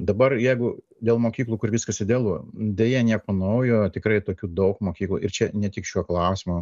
dabar jeigu dėl mokyklų kur viskas idealu deja nieko naujo tikrai tokių daug mokyklų ir čia ne tik šiuo klausimu